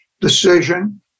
decision